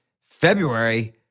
February